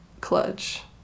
clutch